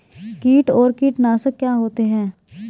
कीट और कीटनाशक क्या होते हैं?